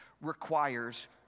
requires